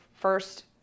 first